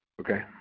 Okay